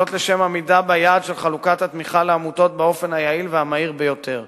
לשם עמידה ביעד של חלוקת התמיכה לעמותות באופן היעיל והמהיר ביותר.